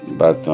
but,